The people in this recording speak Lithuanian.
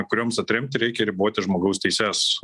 kurioms atremti reikia riboti žmogaus teises